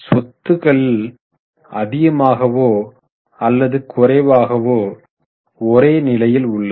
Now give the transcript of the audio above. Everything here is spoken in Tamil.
சொத்துக்கள் அதிகமாகவோ அல்லது குறைவாகவோ ஒரே நிலையில் உள்ளது